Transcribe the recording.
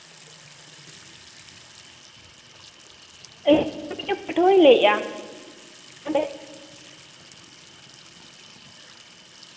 ᱤᱧ ᱫᱚ ᱯᱟᱹᱴᱷᱣᱟᱹᱧ ᱞᱟᱹᱭᱮᱫᱼᱟ ᱦᱮᱸ